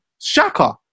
Shaka